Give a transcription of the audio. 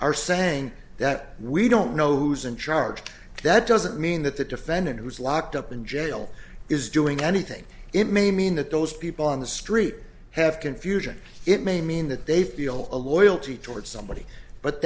are saying that we don't know who's in charge that doesn't mean that the defendant who's locked up in jail is doing anything it may mean that those people on the street have confusion it may mean that they feel a loyalty towards somebody but